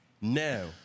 Now